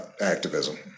activism